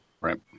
right